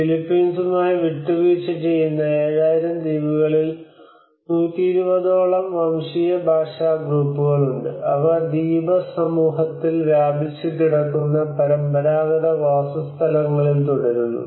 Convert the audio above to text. ഫിലിപ്പീൻസുമായി വിട്ടുവീഴ്ച ചെയ്യുന്ന 7000 ദ്വീപുകളിൽ 120 ഓളം വംശീയ ഭാഷാ ഗ്രൂപ്പുകളുണ്ട് അവ ദ്വീപസമൂഹത്തിൽ വ്യാപിച്ചുകിടക്കുന്ന പരമ്പരാഗത വാസസ്ഥലങ്ങളിൽ തുടരുന്നു